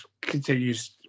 continues